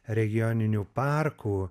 regioninių parkų